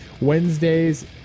Wednesdays